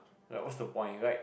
like what's the point like